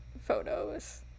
photos